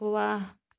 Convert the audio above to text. वाह